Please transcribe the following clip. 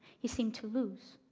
he seemed to lose.